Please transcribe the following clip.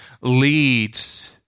leads